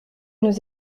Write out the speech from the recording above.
nous